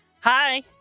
Hi